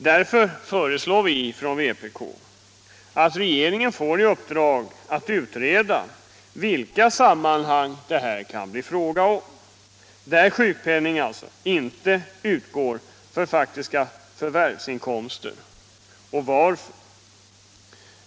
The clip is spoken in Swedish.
Därför föreslår vi från vpk att regeringen får i uppdrag att utreda frågan om i vilka sammanhang det kan bli fråga om att sjukpenning inte utgår för faktiska förvärvsinkomster och varför så kan bli fallet.